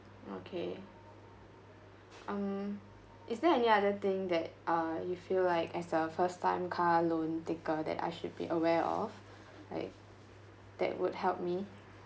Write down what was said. okay um is there any other thing that uh you feel like as a first time car loan taker that I should be aware of like that would help me